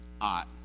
ought